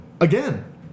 Again